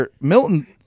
Milton